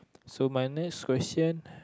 so my next question